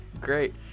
great